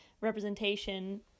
representation